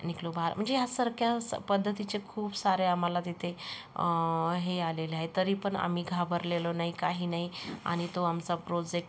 निकलो बाहर म्हणजे यासारख्या स पद्धतीचे खूप सारे आम्हाला तिथे हे आलेले आहे तरी पण आम्ही घाबरलेलो नाही काही नाही आणि तो आमचा प्रोजेक्ट